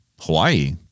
Hawaii